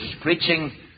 preaching